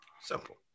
Simple